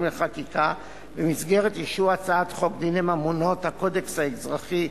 לחקיקה במסגרת אישור הצעת חוק דיני ממונות (הקודקס האזרחי),